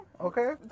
okay